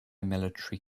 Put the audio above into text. military